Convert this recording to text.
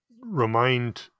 remind